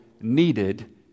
needed